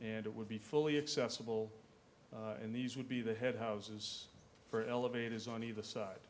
and it would be fully accessible and these would be the head houses for elevators on either side